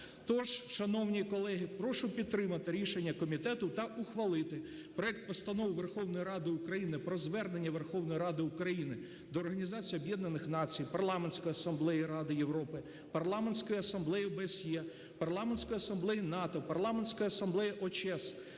Тож, шановні колеги, прошу під тримати рішення комітету та ухвалити проект Постанови про Звернення Верховної Ради України до Організації Об’єднаних Націй, Парламентської Асамблеї Ради Європи, Парламентської Асамблеї ОБСЄ, Парламентської Асамблеї НАТО, Парламентської Асамблеї ОЧЕС,